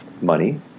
money